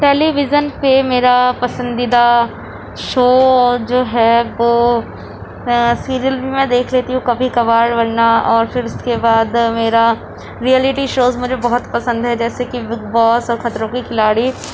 ٹیلی vision پہ میرا پسندیدہ شو اور جو ہے وہ سیریل بھی میں دیکھ لیتی ہوں کبھی کبھار ورنہ اور پھر اس کے بعد میرا رئیلٹی شوز مجھے بہت پسند ہیں جیسے کہ بگ باس اور خطروں کے کھلاڑی